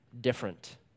different